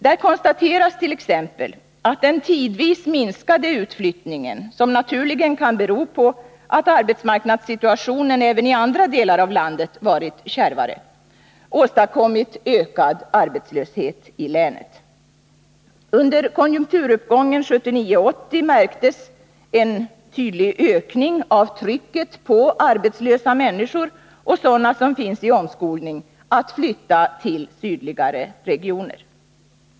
Där konstateras t.ex. att den tidvis minskade utflyttningen, som naturligen kan bero på att arbetsmarknadssituationen även i andra delar av landet varit kärvare, åstadkommit ökad arbetslöshet i länet. Under konjunkturuppgången 1979/80 märktes en tydlig ökning av trycket på arbetslösa människor och sådana som finns i omskolning, att flytta till sydligare regioner.